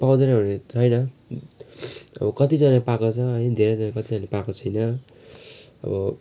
पाउँदैन भन्ने छैन अब कतिजनाले पाएको छ है धेरैजना कतिजनाले पाएको छैन अब